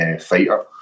fighter